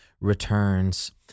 returns